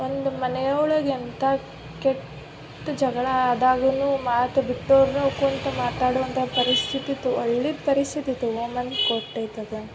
ಒಂದು ಮನೆಯೊಳಗೆ ಎಂಥ ಕೆಟ್ಟ ಜಗಳ ಆದಾಗೂನು ಮಾತು ಬಿಟ್ಟೋರುನೂ ಕುಂತು ಮಾತಾಡುವಂಥ ಪರಿಸ್ಥಿತಿ ಇತ್ತು ಒಳ್ಳೆ ಪರಿಸ್ಥಿತಿ ತೊಗೊಂಬಂದು ಕೊಟೈತೆ ಅದು